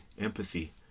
empathy